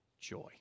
joy